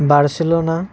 Barcelona